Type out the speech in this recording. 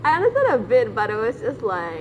I understand a bit but it was just like